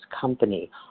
company